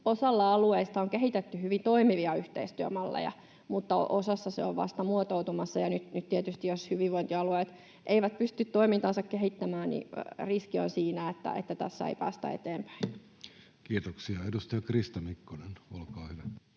Osalla alueista on kehitetty hyvin toimivia yhteistyömalleja, mutta osassa se on vasta muotoutumassa, ja nyt tietysti, jos hyvinvointialueet eivät pysty toimintaansa kehittämään, riski on siinä, että tässä ei päästä eteenpäin. [Speech 197] Speaker: Jussi